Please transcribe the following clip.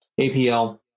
APL